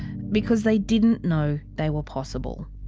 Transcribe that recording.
because they didn't know they were possible.